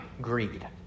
greed